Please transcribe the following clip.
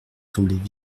semblaient